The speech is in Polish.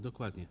Dokładnie.